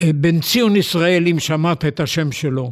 בנציון ישראל אם שמעת את השם שלו.